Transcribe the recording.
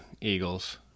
Eagles